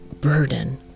burden